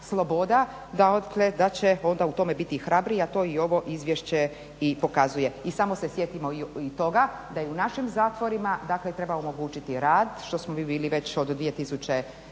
sloboda, da će onda u tome biti hrabriji, a to i ovo izvješće i pokazuje. I samo se sjetimo i toga da u našim zatvorima, dakle treba omogućiti rad, što smo mi bili već od 2000.